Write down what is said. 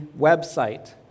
website